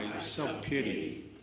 self-pity